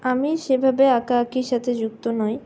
আমি সেভাবে আঁকা আঁকির সাথে যুক্ত নই